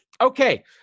Okay